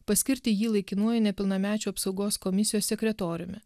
paskirti jį laikinuoju nepilnamečių apsaugos komisijos sekretoriumi